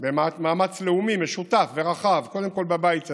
במאמץ לאומי משותף ורחב, קודם כול בבית הזה,